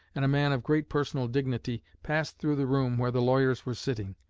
and a man of great personal dignity passed through the room where the lawyers were sitting,